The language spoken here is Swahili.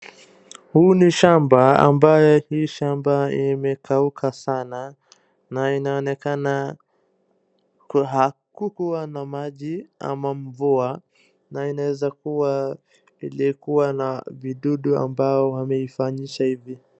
Huu ni shamba ambaye hii shamba imekauka sana na inaonekana hakukuwa na maji ama mvua na inaweza kuwa ilikuwa na vidudu ambao wameifanyisha hivi.